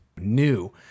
new